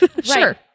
sure